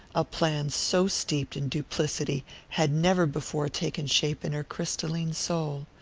a plan so steeped in duplicity had never before taken shape in her crystalline soul.